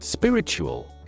Spiritual